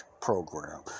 program